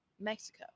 Mexico